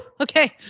Okay